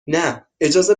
نه، اجازه